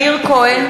מאיר כהן,